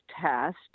test